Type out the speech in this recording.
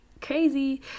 crazy